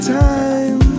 time